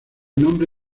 nombre